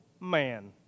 man